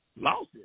Losses